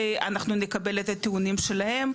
אנחנו נקבל את הטיעונים שלהם,